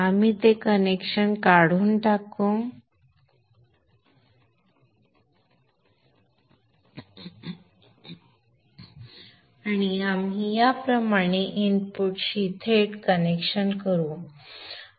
आपण ते कनेक्शन काढून टाकू आणि आपण याप्रमाणे इनपुटशी थेट कनेक्शन करू